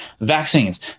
vaccines